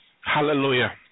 Hallelujah